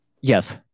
Yes